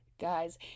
guys